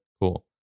Cool